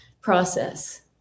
process